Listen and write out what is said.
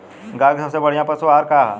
गाय के सबसे बढ़िया पशु आहार का ह?